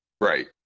Right